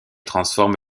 transforme